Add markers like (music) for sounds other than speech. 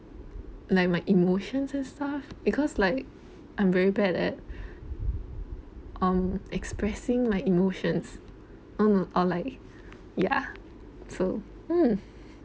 like my emotions and stuff because like i'm very bad at (breath) um expressing my emotions or like ya so um